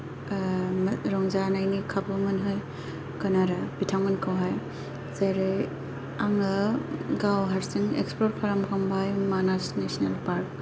मा रंजानायनि खाबु मोनहोगोन आरो बिथांमोनखौहाय जेरै आङो गाव हारसिं एक्सप्लर खालामखांबाय मानास नेसनेल पार्क